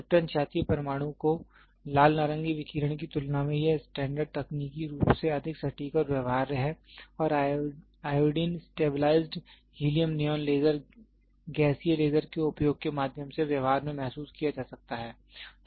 krypton 86 परमाणु के लाल नारंगी विकिरण की तुलना में यह स्टैंडर्ड तकनीकी रूप से अधिक सटीक और व्यवहार्य है और iodine stabilised helium neon laser गैसीय लेजर के उपयोग के माध्यम से व्यवहार में महसूस किया जा सकता है